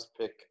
pick